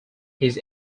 his